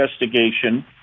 investigation